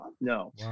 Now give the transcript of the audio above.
No